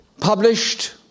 published